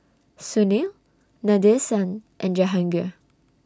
Sunil Nadesan and Jahangir